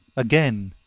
again,